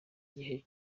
gihe